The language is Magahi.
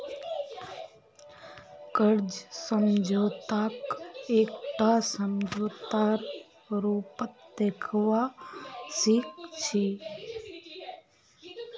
कर्ज समझौताक एकटा समझौतार रूपत देखवा सिख छी